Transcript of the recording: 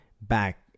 back